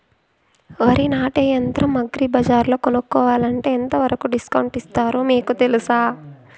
వరి నాటే యంత్రం అగ్రి బజార్లో కొనుక్కోవాలంటే ఎంతవరకు డిస్కౌంట్ ఇస్తారు మీకు తెలుసా?